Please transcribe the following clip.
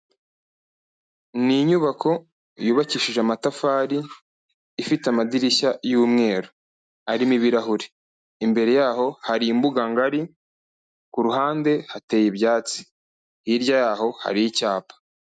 Ni inyubako yubakishije amatafari, ifite amadirishya y'umweru arimo ibirahuri, imbere yaho hari imbuga ngari ku ruhande hateye ibyatsi, hirya yaho hari icyapa.